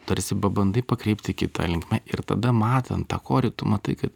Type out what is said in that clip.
tarsi pabandai pakreipti kita linkme ir tada matant tą korį tu matai kad